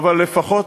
אבל מוצקות לפחות,